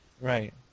Right